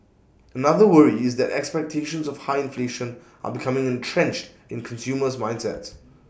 another worry is that expectations of high inflation are becoming entrenched in consumers mindsets